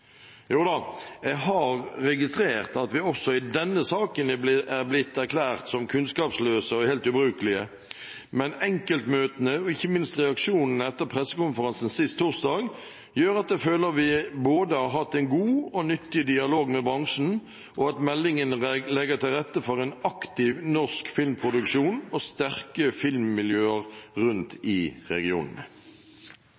Jo da, jeg har registrert at vi også i denne saken er blitt erklært som kunnskapsløse og helt ubrukelige, men enkeltmøtene og ikke minst reaksjonene etter pressekonferansen sist torsdag gjør at jeg føler vi har hatt en både god og nyttig dialog med bransjen, og at meldingen legger til rette for en aktiv norsk filmproduksjon og sterke filmmiljøer rundt i regionene.